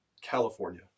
California